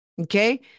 Okay